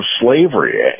slavery